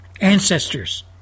ancestors